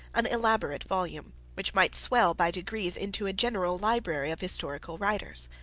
an elaborate volume, which might swell by degrees into a general library of historical writers.